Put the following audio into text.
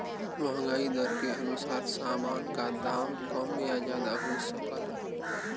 महंगाई दर के अनुसार सामान का दाम कम या ज्यादा हो सकला